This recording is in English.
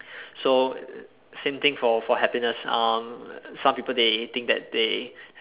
so same thing for for happiness um some people they think that they